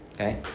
Okay